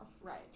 Right